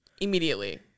immediately